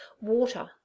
water